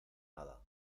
nada